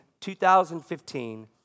2015